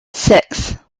six